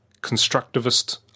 constructivist